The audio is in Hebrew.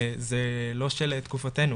זה לא של תקופתנו,